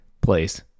place